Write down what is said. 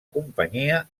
companyia